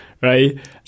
right